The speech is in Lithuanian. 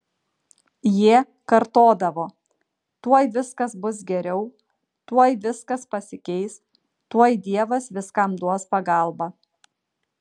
jie kartodavo tuoj viskas bus geriau tuoj viskas pasikeis tuoj dievas viskam duos pagalbą